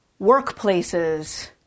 workplaces